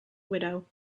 widow